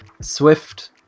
Swift